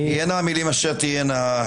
תהיינה המילים אשר תהיינה,